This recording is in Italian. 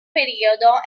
periodo